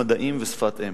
במדעים ובשפת-אם.